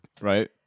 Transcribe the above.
Right